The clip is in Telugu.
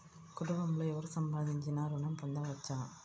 కుటుంబంలో ఎవరు సంపాదించినా ఋణం పొందవచ్చా?